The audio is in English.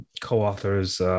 co-authors